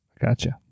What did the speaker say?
Gotcha